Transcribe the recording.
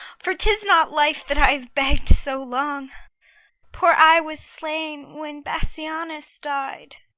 for tis not life that i begg'd so long poor i was slain when bassianus died.